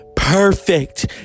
Perfect